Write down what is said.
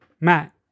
Matt